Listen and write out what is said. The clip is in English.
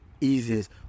easiest